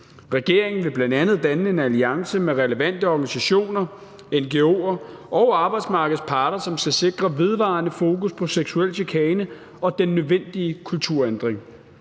Regeringen vil bl.a. danne en alliance med relevante organisationer, ngo'er og arbejdsmarkedets parter, som skal sikre vedvarende fokus på seksuel chikane og den nødvendige kulturændring.